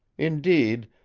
indeed,